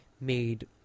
made